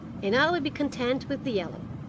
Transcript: and i will be content with the yellow